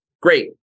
Great